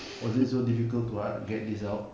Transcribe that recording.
was it so difficult to ah get this out